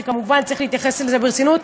וכמובן צריך להתייחס לזה ברצינות,